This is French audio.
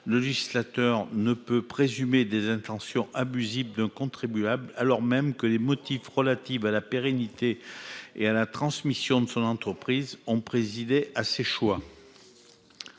le législateur ne peut présumer des intentions abusives d'un contribuable alors même que des motifs relatifs à la pérennité et à la transmission de son entreprise ont présidé à ses choix.